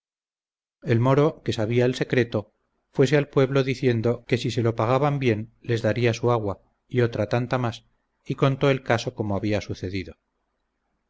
el moro que sabía el secreto fuese al pueblo diciendo que si se lo pagaban bien les daría su agua y otra tanta más y contó el caso como había sucedido